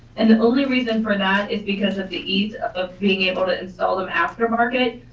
and the only reason for that is because of the ease of being able to install them aftermarket,